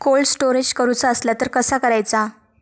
Cold storage करूचा असला तर कसा करायचा?